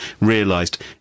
realised